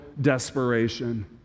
desperation